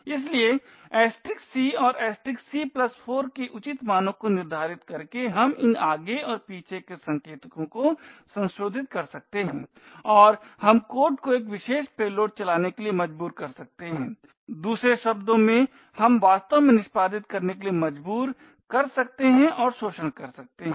इसलिए c और c 4 के उचित मानों को निर्धारित करके हम इन आगे और पीछे के संकेतकों को संशोधित कर सकते हैं और हम कोड को एक विशेष पेलोड चलाने के लिए मजबूर कर सकते हैं दूसरे शब्दों में हम वास्तव में निष्पादित करने के लिए मजबूर कर सकते हैं और शोषण कर सकते हैं